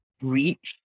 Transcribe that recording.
reach